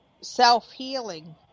self-healing